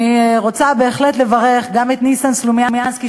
אני רוצה בהחלט לברך גם את ניסן סלומינסקי,